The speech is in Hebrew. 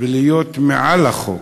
ולהיות מעל החוק,